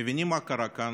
הם מבינים מה קרה כאן,